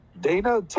Dana